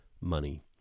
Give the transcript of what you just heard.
money